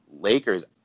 Lakers